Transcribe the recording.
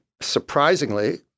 surprisingly